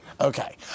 Okay